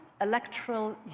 electoral